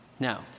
Now